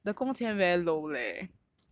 the 工钱 where low leh